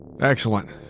Excellent